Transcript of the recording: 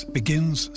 begins